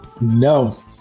No